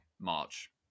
march